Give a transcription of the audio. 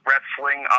Wrestling